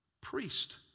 Priest